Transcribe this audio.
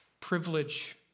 privilege